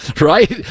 right